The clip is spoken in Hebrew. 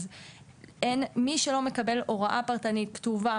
אז מי שלא מקבל הוראה פרטנית כתובה,